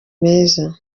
meza